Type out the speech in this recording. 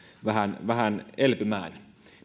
vähän vähän elpymään